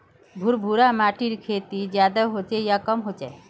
भुर भुरा माटिर खेती ज्यादा होचे या कम होचए?